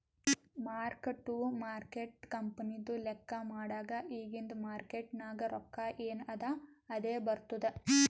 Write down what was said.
mark to market ಕಂಪನಿದು ಲೆಕ್ಕಾ ಮಾಡಾಗ್ ಇಗಿಂದ್ ಮಾರ್ಕೇಟ್ ನಾಗ್ ರೊಕ್ಕಾ ಎನ್ ಅದಾ ಅದೇ ಬರ್ತುದ್